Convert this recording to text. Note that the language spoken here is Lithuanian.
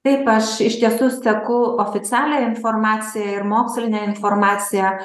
taip aš iš tiesų seku oficialią informaciją ir mokslinę informaciją